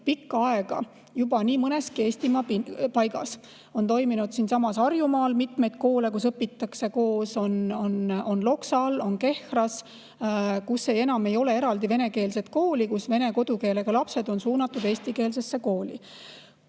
pikka aega juba nii mõneski Eestimaa paigas. Siinsamas Harjumaal on mitmeid koole, kus õpitakse koos, on Loksal, on Kehras ja mujal, nii et enam ei ole eraldi venekeelset kooli ja vene kodukeelega lapsed on suunatud eestikeelsesse kooli.